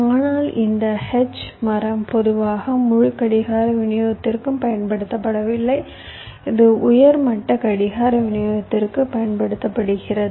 ஆனால் இந்த H மரம் பொதுவாக முழு கடிகார விநியோகத்திற்கும் பயன்படுத்தப்படுவதில்லை இது உயர் மட்ட கடிகார விநியோகத்திற்கு பயன்படுத்தப்படுகிறது